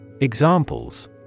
Examples